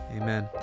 amen